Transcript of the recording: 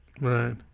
Right